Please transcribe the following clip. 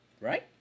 Right